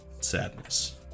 sadness